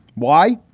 why?